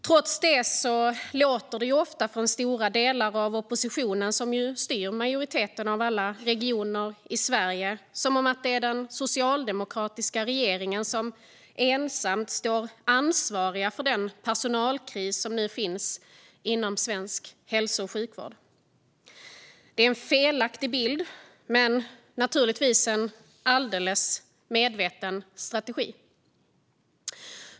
Trots det låter det ofta från stora delar av oppositionen, som ju styr majoriteten av alla regioner i Sverige, som att det är den socialdemokratiska regeringen som ensam står ansvarig för den personalkris som nu råder inom svensk hälso och sjukvård. Det är en felaktig bild men naturligtvis en alldeles medveten strategi.